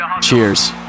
Cheers